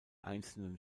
einzelnen